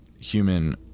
human